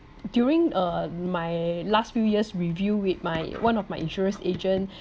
during uh my last few years review with my one of my insurance agent